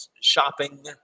shopping